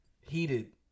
Heated